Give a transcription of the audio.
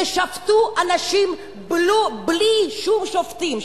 כששפטו אנשים בלי שום שופטים.